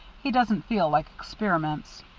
he doesn't feel like experiments.